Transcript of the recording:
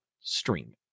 stream